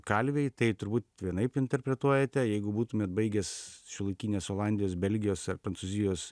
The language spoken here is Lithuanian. kalvėj tai turbūt vienaip interpretuojate jeigu būtumėt baigęs šiuolaikinės olandijos belgijos ar prancūzijos